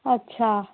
अच्छा